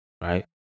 right